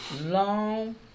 long